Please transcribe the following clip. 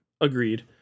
Agreed